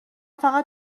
فقط